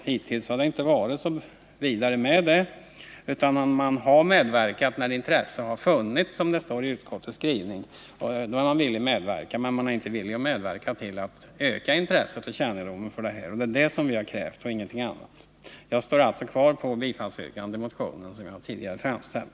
Hittills har det inte förekommit så mycket upplysning av detta slag. När intresse föreligger, som det står i utskottets skrivning, är man villig att medverka, men man har inte varit villig att medverka till att öka intresset för och kännedomen om denna möjlighet. Det är sådan aktiv medverkan som vi har krävt och ingenting annat. Jag vidhåller alltså mitt tidigare framställda yrkande om bifall till motionen.